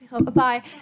Bye